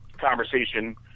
conversation